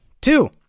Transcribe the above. two